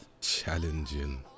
Challenging